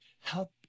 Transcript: help